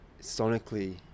sonically